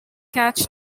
catch